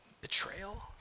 betrayal